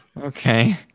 Okay